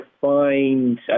find